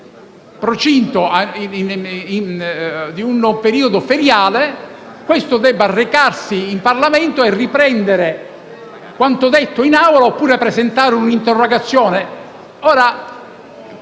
procinto di un periodo feriale, in Parlamento e riprendere quanto detto in Aula oppure presentare un'interrogazione.